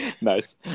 Nice